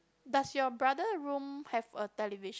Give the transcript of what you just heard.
does your brother room have a television